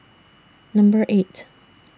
Number eight